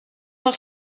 del